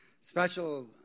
special